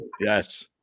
Yes